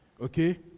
okay